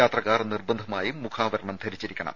യാത്രക്കാർ നിർബന്ധമായും മുഖാവരണം ധരിച്ചിരിക്കണം